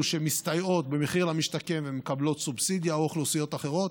שמסתייעות במחיר למשתכן ומקבלות סובסידיה או אוכלוסיות אחרות,